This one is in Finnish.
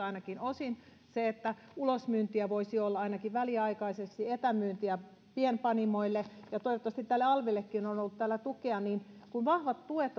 ainakin osin sitä että ulosmyyntiä voisi olla ainakin väliaikaisesti etämyyntiä pienpanimoille ja toivottavasti tälle alvillekin on ollut täällä tukea kun vahvaa tukea